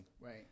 right